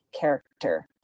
character